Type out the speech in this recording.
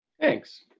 Thanks